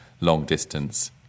long-distance